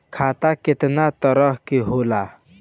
खाता केतना तरह के होला?